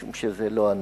משום שזה לא הנושא.